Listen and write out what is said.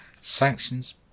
sanctions